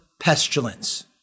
pestilence